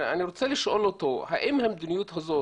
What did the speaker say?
אני רוצה לשאול אותו האם המדיניות הזאת